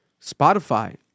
Spotify